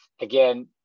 again